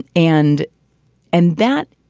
and and that,